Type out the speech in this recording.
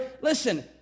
Listen